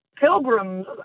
pilgrims